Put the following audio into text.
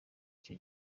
icyo